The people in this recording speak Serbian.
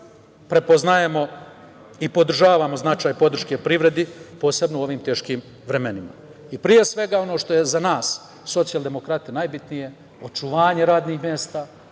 prepoznajemo i podržavamo značaj podrške privredi, posebno u ovim teškim vremenima. Pre svega, ono što je za nas socijaldemokrate najbitnije, očuvanje radnih mesta,